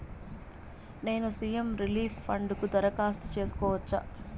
నేను CM relief fund కు దరఖాస్తు సేసుకోవచ్చా?